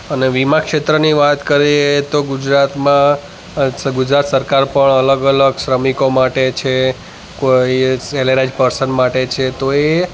અને વીમા ક્ષેત્રની વાત કરીએ તો ગુજરાતમાં ગુજરાત સરકાર પણ અલગ અલગ શ્રમિકો માટે છે કોઈ એક સૅલરાઈઝ પર્સન માટે છે તો એ